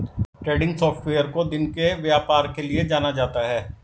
trending software को दिन के व्यापार के लिये जाना जाता है